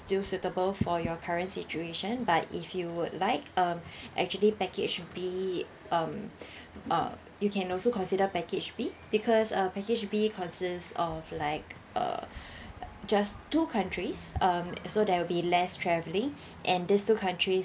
still suitable for your current situation but if you would like um actually package B um uh you can also consider package B because uh package B consists of like uh just two countries um so there will be less travelling and these two countries